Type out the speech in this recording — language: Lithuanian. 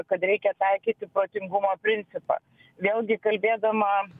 kad reikia taikyti protingumo principą vėlgi kalbėdama